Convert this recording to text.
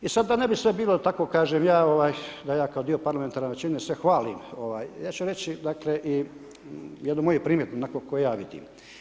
I sada da ne bi sve bilo tako kažem ja, da ja kao dio parlamentarne većine, se hvalim ja ću reći dakle, i jednu moju primjedbu onako kako ja vidim.